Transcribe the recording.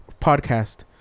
podcast